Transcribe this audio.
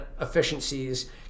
efficiencies